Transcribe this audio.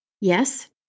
yes